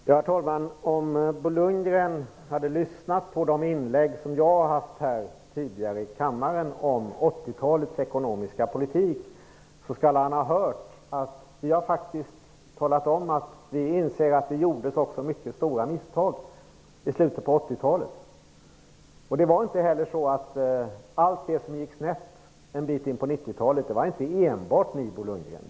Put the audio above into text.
Herr talman! Om Bo Lundgren hade lyssnat på de inlägg som jag har haft tidigare här i kammaren om 80-talets ekonomiska politik, skulle han ha hört att vi har talat om att vi inser att det också gjordes mycket stora misstag i slutet på 80-talet. Det var inte heller så att allt det som gick snett en bit in på 90-talet var enbart ert fel, Bo Lundgren.